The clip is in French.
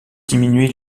diminuer